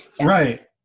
right